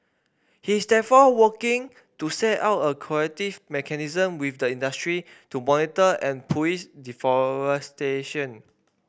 he is therefore working to set up a collective mechanism with the industry to monitor and police deforestation